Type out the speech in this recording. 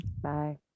bye